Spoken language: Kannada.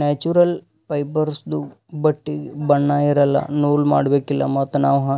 ನ್ಯಾಚುರಲ್ ಫೈಬರ್ಸ್ದು ಬಟ್ಟಿಗ್ ಬಣ್ಣಾ ಇರಲ್ಲ ನೂಲ್ ಮಾಡಬೇಕಿಲ್ಲ ಮತ್ತ್ ನಾವ್